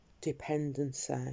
dependency